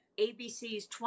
ABC's